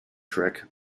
trick